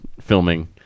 filming